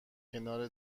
کنار